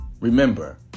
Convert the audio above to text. remember